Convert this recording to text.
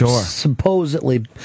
supposedly